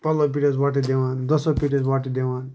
پَلو پؠٹھ ٲسۍ وۄٹہٕ دِوان دۄسو پؠٹھ ٲسۍ وۄٹہٕ دِوان